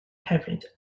hefyd